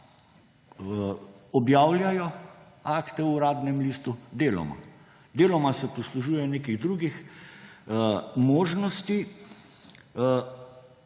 objavljajo akte v Uradnem listu, deloma se poslužujejo nekih drugih možnosti.